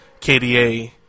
KDA